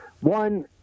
One